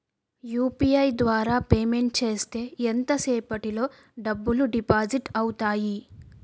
UPI ద్వారా payment చేస్తే ఎంత సేపటిలో డబ్బులు డిపాజిట్ అవుతాయి?